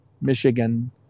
Michigan